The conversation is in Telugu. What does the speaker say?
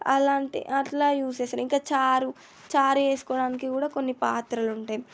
అలాంటి అట్లా యూస్ చేశాను ఇంకా చారు చారు చేస్కోడానికి కూడా కొన్ని పాత్రలు ఉంటాయి